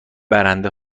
برنده